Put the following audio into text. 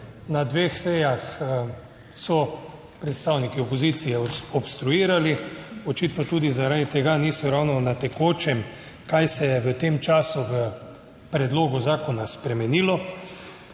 (nadaljevanje) predstavniki opozicije obstruirali. Očitno tudi zaradi tega niso ravno na tekočem kaj se je v tem času v predlogu zakona spremenilo.